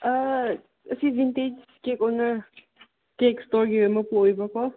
ꯑꯥ ꯑꯁꯤ ꯖꯤꯟꯇꯦꯁ ꯏꯁꯇꯦꯛ ꯑꯣꯅꯔ ꯏꯁꯇꯦꯛ ꯏꯁꯇꯣꯔꯒꯤ ꯃꯄꯨ ꯑꯣꯏꯕ꯭ꯔꯥꯀꯣ